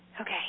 Okay